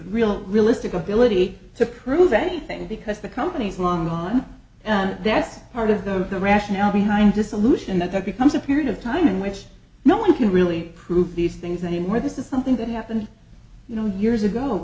real realistic ability to crew for anything because the companies long gone and that's part of the rationale behind dissolution that becomes a period of time in which no one can really prove these things anymore this is something that happened you know years ago